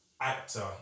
actor